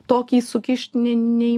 tokį sukišt nei nei